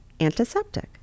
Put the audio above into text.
antiseptic